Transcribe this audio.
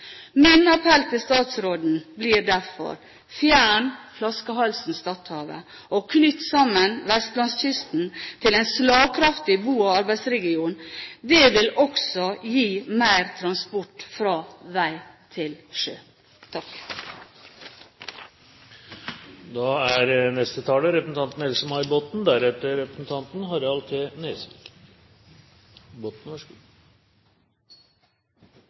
Min appell til statsråden blir derfor: Fjern flaskehalsen i Stadhavet, og knytt sammen vestlandskysten til en slagkraftig bo- og arbeidsregion. Det vil også gi mer transport fra vei til sjø.